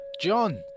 John